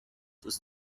ist